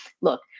look